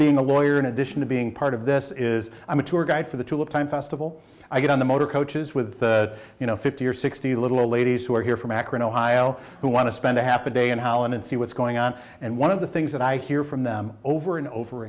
being a lawyer in addition to being part of this is i'm a tour guide for the tulip time festival i get on the motor coaches with the you know fifty or sixty little old ladies who are here from akron ohio who want to spend a half a day and how and see what's going on and one of the things that i hear from them over and over